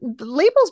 labels